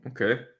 Okay